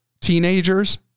teenagers